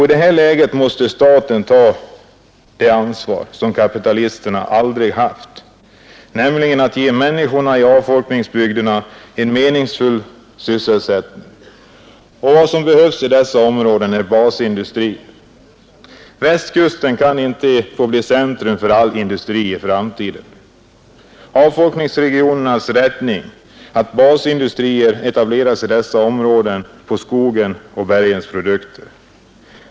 I det läget måste staten ta det ansvar som kapitalisterna aldrig haft, nämligen att ge människorna i avfolkningsbygderna en meningsfull sysselsättning. Vad som behövs i dessa områden är basindustrier. Västkusten kan inte få bli centrum för all industri i framtiden. Avfolkningsregionernas räddning är att basindustrier etableras i dessa områden på skogens och bergets produkter.